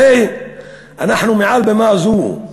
הרי אנחנו, מעל במה זו,